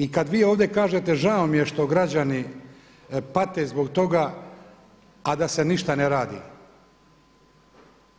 I kada vi ovdje kažete žao mi je što građani pate zbog toga, a da se ništa ne radi,